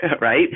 right